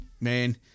man